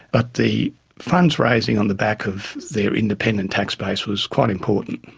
ah the funds-raising on the back of their independent tax base was quite important.